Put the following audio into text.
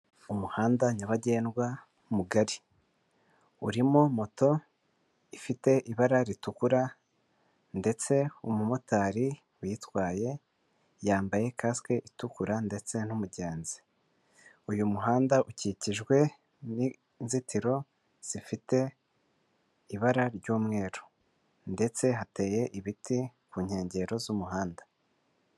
Umuhanda nyabagendwa mugari urimo moto ifite ibara ritukura ndetse umumotari uyitwaye yambaye kasike itukura ndetse n'umugenzi, uyu muhanda ukikijwe nzitiro zifite ibara ry'umweru ndetse hateye ibiti ku nkengero z'umuhanda.